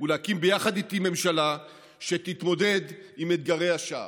ולהקים ביחד איתי ממשלה שתתמודד עם אתגרי השעה.